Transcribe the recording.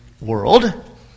world